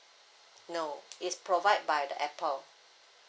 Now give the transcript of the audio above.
no it's provide by the Apple